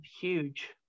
huge